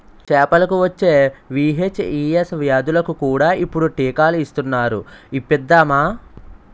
చేపలకు వచ్చే వీ.హెచ్.ఈ.ఎస్ వ్యాధులకు కూడా ఇప్పుడు టీకాలు ఇస్తునారు ఇప్పిద్దామా